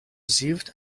received